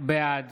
בעד